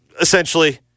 essentially